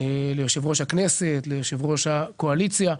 ליושב ראש הכנסת, ליושב ראש הקואליציה.